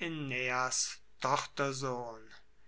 aeneas